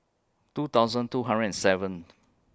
two thousand two hundred and seventh